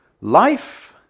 Life